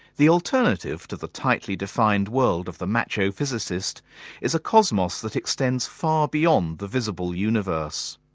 the alternative to the tightly defined world of the macho physicist is a cosmos that extends far beyond the visible universe.